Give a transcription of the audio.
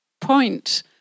point